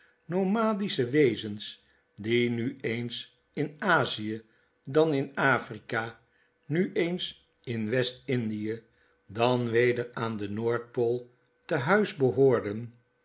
nomadische wezens die nu eens in azie dan in afrika nu eens in west-indie dan weder aan de noordpool te huis behoorden